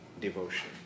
devotion